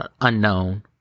unknown